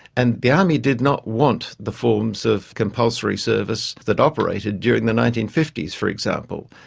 and the army did not want the forms of compulsory service that operated during the nineteen fifty s, for example.